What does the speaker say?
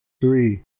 three